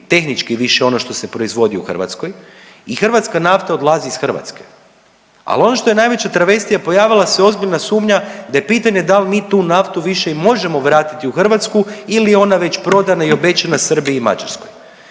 tehnički više ono što se proizvodi u Hrvatskoj i hrvatska nafta odlazi iz Hrvatske. Ali ono što je najveća travestija pojavila se ozbiljna sumnja da je pitanje dal mi tu naftu više i možemo vratiti u Hrvatsku ili je ona već prodana i obećana Srbiji i Mađarskoj.